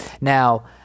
Now –